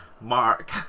mark